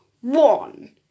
one